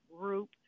group